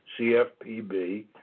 CFPB